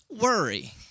worry